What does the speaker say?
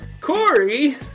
Corey